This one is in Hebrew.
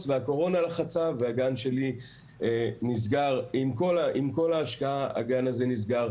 והקורונה לחצה והגן שלי נסגר על כל ההשקעה שהשקענו.